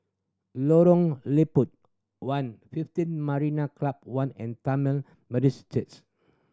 Lorong Liput One Fifteen Marina Club One and Tamil Methodist Church